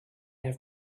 have